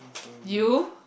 you